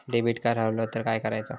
Debit card हरवल तर काय करायच?